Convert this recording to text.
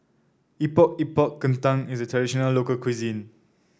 Epok Epok Kentang is a traditional local cuisine